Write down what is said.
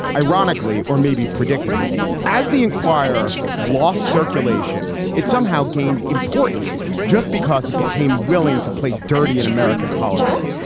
ironically or maybe predictably as the enquirer lost circulation it somehow gained importance just because it became willing to play dirty in american politics.